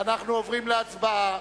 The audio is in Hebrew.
ואנחנו עוברים להצבעה.